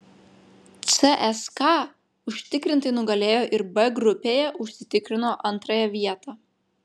cska užtikrintai nugalėjo ir b grupėje užsitikrino antrąją vietą